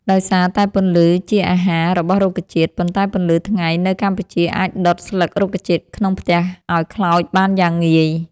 ដោយសារតែពន្លឺគឺជា អាហារ របស់រុក្ខជាតិ ប៉ុន្តែពន្លឺថ្ងៃនៅកម្ពុជាអាច ដុត ស្លឹករុក្ខជាតិក្នុងផ្ទះឱ្យខ្លោចបានយ៉ាងងាយ។